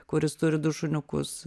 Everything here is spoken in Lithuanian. kuris turi du šuniukus